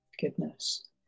Goodness